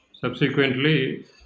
Subsequently